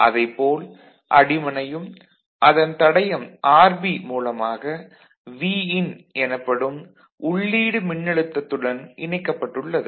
அதைப்போல் அடிமனையும் அதன் தடையம் RB மூலமாக Vin எனப்படும் உள்ளீடு மின்னழுத்தத்துடன் இணைக்கப்பட்டுள்ளது